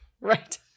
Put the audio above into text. Right